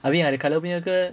I mean ada colour punya ke